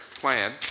plan